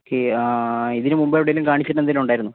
okay ആ ഇതിന് മുൻപ് എവിടേലും കാണിച്ചിട്ട് എന്തേലും ഉണ്ടായിരുന്നോ